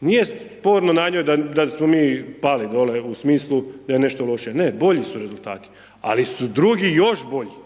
nije sporno na njoj da smo mi pali dole u smislu da je nešto loše, ne bolji su rezultati, ali su drugi još bolji.